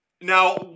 Now